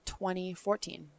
2014